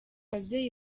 babyeyi